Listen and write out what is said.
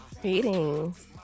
Greetings